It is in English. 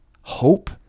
hope